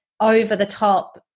over-the-top